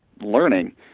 learning